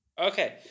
okay